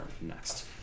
next